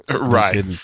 Right